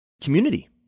community